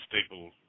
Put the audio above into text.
staple